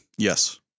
Yes